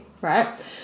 right